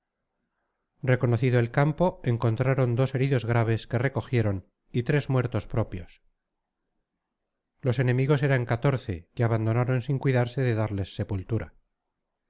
reconocido el campo encontraron dos heridos graves que recogieron y tres muertos propios los enemigos eran catorce que abandonaron sin cuidarse de darles sepultura